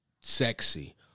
sexy